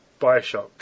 Bioshock